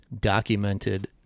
documented